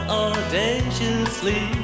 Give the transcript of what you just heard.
audaciously